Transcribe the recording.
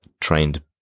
trained